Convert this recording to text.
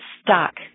stuck